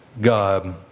God